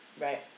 Right